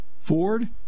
Ford